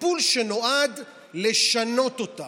טיפול שנועד לשנות אותם,